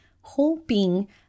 hoping